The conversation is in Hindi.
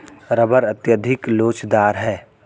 रबर अत्यधिक लोचदार है